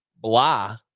blah